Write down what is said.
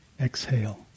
exhale